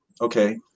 Okay